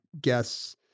Guess